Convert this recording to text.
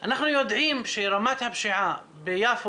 אנחנו נפתח את ישיבת היום,